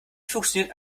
funktioniert